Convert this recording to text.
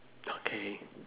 okay